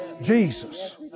Jesus